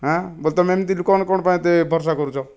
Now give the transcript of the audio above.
ହାଁ ବୋଲେ ତୁମେ ଏମିତି ଲୋକମାନେ କ'ଣ ପାଇଁ ଏତେ ଭରୋସା କରୁଛ